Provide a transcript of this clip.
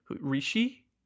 Rishi